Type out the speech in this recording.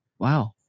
Wow